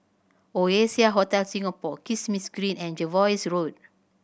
Oasia Hotel Singapore Kismis Green and Jervois Road